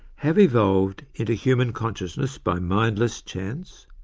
have evolved into human consciousness by mindless chance?